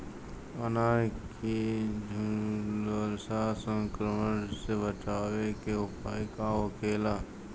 अनार के झुलसा संक्रमण से बचावे के उपाय का होखेला?